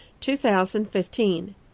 2015